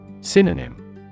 Synonym